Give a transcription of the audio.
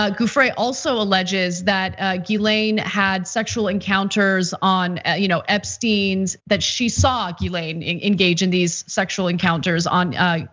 ah giuffre also alleges that ghislaine had sexual encounters on you know epstein's that she saw ghislaine engage in these sexual encounters on